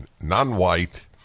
non-white